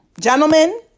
Gentlemen